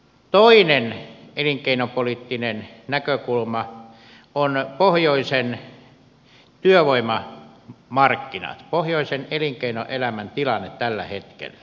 toinen elinkeinopoliittinen näkökulma on pohjoisen työvoimamarkkinat pohjoisen elinkeinoelämän tilanne tällä hetkellä